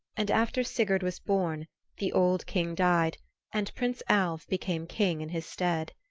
and after sigurd was born the old king died and prince alv became king in his stead.